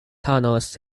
tunnels